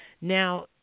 Now